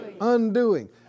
Undoing